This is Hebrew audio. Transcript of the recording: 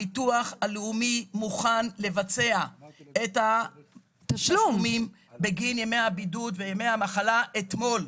הביטוח הלאומי מוכן לבצע את התשלומים בגין ימי הבידוד וימי המחלה אתמול.